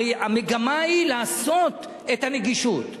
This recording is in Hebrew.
הרי המגמה היא לעשות את הנגישות.